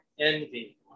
envy